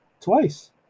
twice